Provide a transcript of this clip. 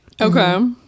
Okay